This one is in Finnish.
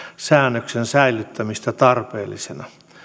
säännöksen säilyttämistä tarpeellisena